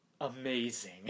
amazing